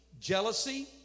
jealousy